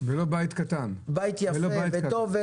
בית יפה וטוב,